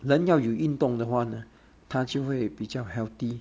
人家要有运动的话呢他就会比较 healthy